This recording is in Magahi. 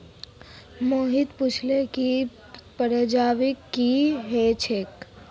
मोहित पुछले जे परजीवी की ह छेक